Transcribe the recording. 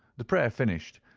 the prayer finished,